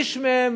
איש מהם